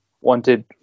wanted